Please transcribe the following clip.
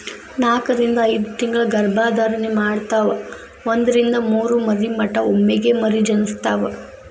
ನಾಕರಿಂದ ಐದತಿಂಗಳ ಗರ್ಭ ಧಾರಣೆ ಮಾಡತಾವ ಒಂದರಿಂದ ಮೂರ ಮರಿ ಮಟಾ ಒಮ್ಮೆಗೆ ಮರಿ ಜನಸ್ತಾವ